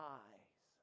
eyes